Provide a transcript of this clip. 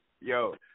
yo